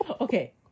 Okay